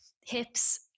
Hips